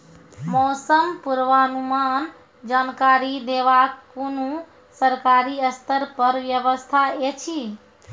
मौसम पूर्वानुमान जानकरी देवाक कुनू सरकारी स्तर पर व्यवस्था ऐछि?